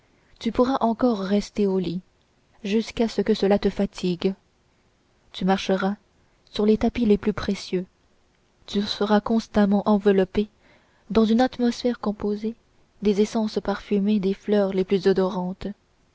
tu pourras encore rester au lit jusqu'à ce que cela te fatigue tu marcheras sur les tapis les plus précieux tu seras constamment enveloppé dans une atmosphère composée des essences parfumées des fleurs les plus odorantes